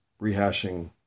rehashing